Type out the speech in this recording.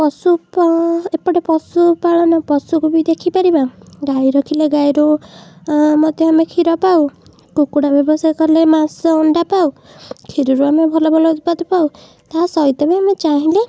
ପଶୁ ପା ଏପଟେ ପଶୁପାଳନ ପଶୁକୁ ବି ଦେଖିପାରିବା ଗାଈ ରଖିଲେ ଗାଈରୁ ମଧ୍ୟ ଆମେ କ୍ଷୀର ପାଉ କୁକୁଡ଼ା ବ୍ୟବସାୟ କଲେ ମାଂସ ଅଣ୍ଡା ପାଉ କ୍ଷୀରରୁ ବି ଆମେ ଭଲ ଭଲ ଉତ୍ପାଦ ପାଉ ତା' ସହିତ ବି ଆମେ ଚାହିଁଲେ